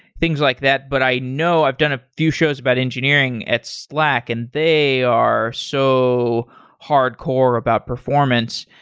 things like that. but i know, i've done a few shows about engineering at slack and they are so hardcore about performance.